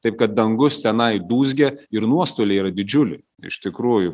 taip kad dangus tenai dūzgia ir nuostoliai yra didžiuliai iš tikrųjų